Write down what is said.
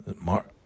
Mark